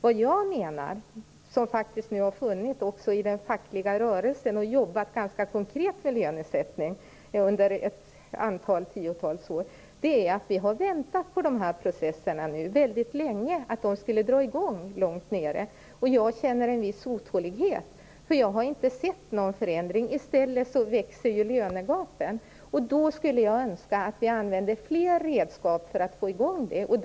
Vad jag menar - som vi också har funnit i den fackliga rörelsen, och som vi har jobbat med ganska konkret vid lönesättning under ett tiotal år - är att vi nu har väntat väldigt länge på dessa processer skulle dra i gång långt nere. Jag känner en viss otålighet, eftersom jag inte har sett någon förändring. I stället växer lönegapen. Jag skulle önska att vi använde fler redskap för att få i gång processerna.